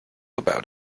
about